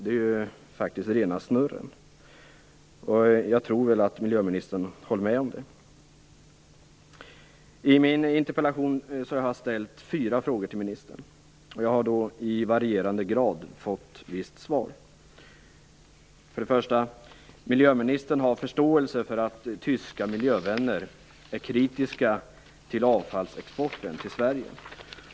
Det är faktiskt rena snurren. Jag tror att miljöministern håller med om det. I min interpellation har jag ställt fyra frågor till ministern. Jag har i varierande grad fått visst svar. För det första har miljöministern förståelse för att tyska miljövänner är kritiska till avfallsexporten till Sverige.